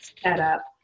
setup